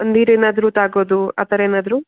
ನೀರೇನಾದರೂ ತಾಗೋದು ಆ ಥರ ಏನಾದರೂ